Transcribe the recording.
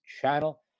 channel